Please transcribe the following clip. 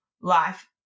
life